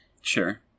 Sure